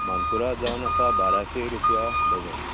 मानकुराद जावन आसा बाराशे रुपया डझन